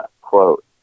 quote